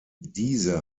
diese